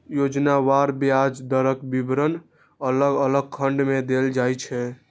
योजनावार ब्याज दरक विवरण अलग अलग खंड मे देल जाइ छै